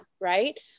right